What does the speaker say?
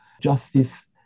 justice